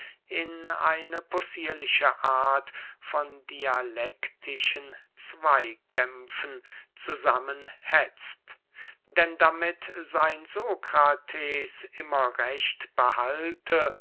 in eine possierliche art von dialektischen zweykämpfen zusammen hetzt denn damit sein sokrates immer recht behalte